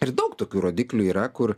ir daug tokių rodiklių yra kur